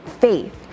faith